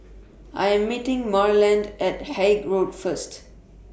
I Am meeting Marland At Haig Road First